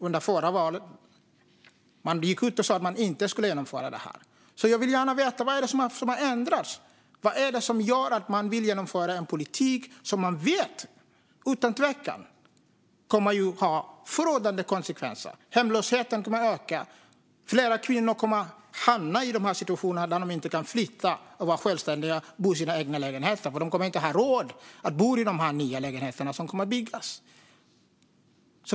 Inför det förra valet gick man ut och sa att man inte skulle genomföra det. Jag vill gärna veta: Vad är det som har ändrats? Vad är det som gör att man vill genomföra en politik som man vet, utan tvekan, kommer att få förödande konsekvenser? Hemlösheten kommer att öka, och fler kvinnor kommer att hamna i situationer där de inte kan flytta, bli självständiga eller bo i en egen lägenhet därför att de inte kommer att ha råd med de nya lägenheter som ska byggas.